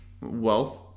wealth